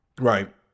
Right